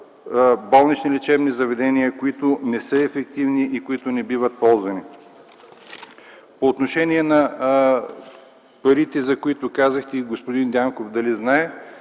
болнични лечебни заведения, които не са ефективни и не биват ползвани. По отношение на парите, за които попитахте знае ли господин Дянков. Да, знае,